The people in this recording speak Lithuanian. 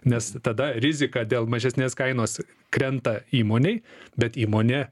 nes tada rizika dėl mažesnės kainos krenta įmonei bet įmonė